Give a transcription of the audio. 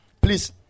Please